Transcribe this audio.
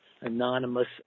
anonymous